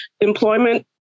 Employment